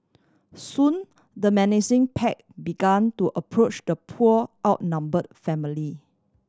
soon the menacing pack began to approach the poor outnumbered family